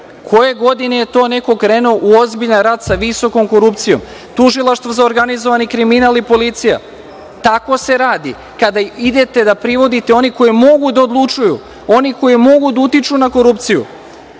Koje godine je neko krenuo u ozbiljan rad sa visokom korupcijom? Tužilaštvo za organizovani kriminal i policija, tako se radi, kada idete da privodite one koji mogu da odlučuju, one koji mogu da utiču na korupciju.